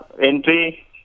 entry